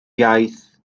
iaith